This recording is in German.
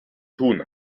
tun